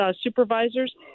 supervisors